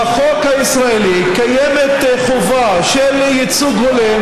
בחוק הישראלי קיימת חובה של ייצוג הולם